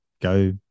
go